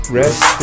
rest